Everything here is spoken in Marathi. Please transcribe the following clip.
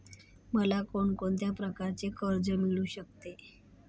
मला कोण कोणत्या प्रकारचे कर्ज मिळू शकते?